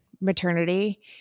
maternity